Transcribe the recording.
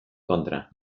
kontra